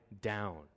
down